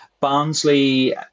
Barnsley